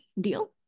Deal